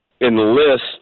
enlist